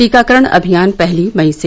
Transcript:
टीकाकरण अभियान पहली मई से